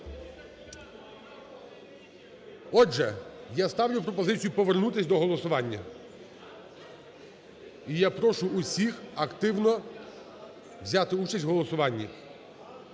Отже я ставлю пропозицію повернутися до голосування. І я прошу всіх активно взяти участь в голосуванні.